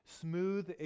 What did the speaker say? smooth